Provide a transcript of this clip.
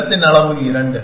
இடத்தின் அளவு 2